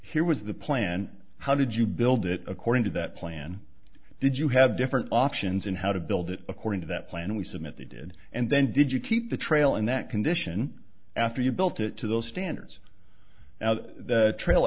here was the plan how did you build it according to that plan did you have different options in how to build it according to that plan we submit they did and then did you keep the trail in that condition after you built it to those standards the trail